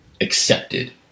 accepted